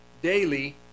daily